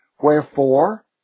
Wherefore